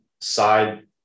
side